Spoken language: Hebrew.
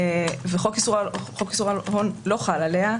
וחוק איסור הלבנת הון לא חל עליה.